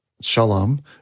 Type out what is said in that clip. Shalom